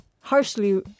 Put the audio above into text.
harshly